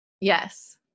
Yes